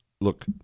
Look